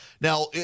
Now